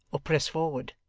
or press forward?